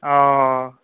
অঁ